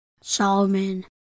Solomon